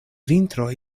vintro